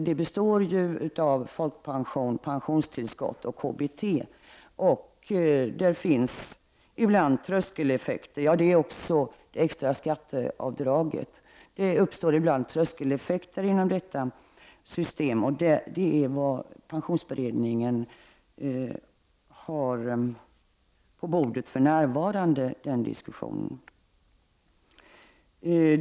Det består av folkpension, pensionstillskott, KBT och extra skatteavdrag. Det uppstår ibland tröskeleffekter inom detta system. Det är den fråga som pensionsberedningen för närvarande har på sitt bord.